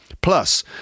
Plus